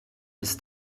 ist